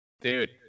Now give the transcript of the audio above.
Dude